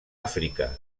àfrica